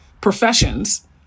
professions